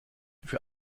für